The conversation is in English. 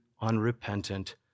unrepentant